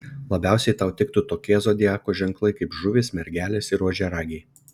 labiausiai tau tiktų tokie zodiako ženklai kaip žuvys mergelės ir ožiaragiai